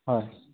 হয়